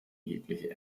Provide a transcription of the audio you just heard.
jegliche